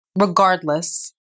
regardless